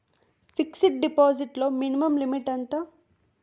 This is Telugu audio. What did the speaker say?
ఫిక్సడ్ డిపాజిట్ లో మినిమం లిమిట్ ఎంత?